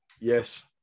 yes